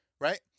right